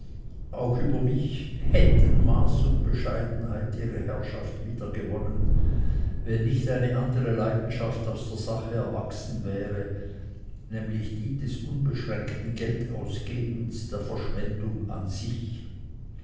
auch über mich hätten maß und bescheidenheit ihre herrschaft wiedergewonnen wenn nicht eine andere leidenschaft aus der sache erwachsen wäre nämlich die des unbeschränkten geldausgebens der verschwendung an sich